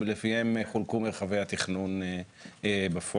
שלפיהם חולקו מרחבי התכנון בפועל.